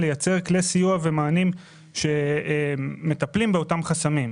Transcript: לייצר כלי סיוע ומענים שמטפלים באותם חסמים.